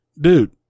Dude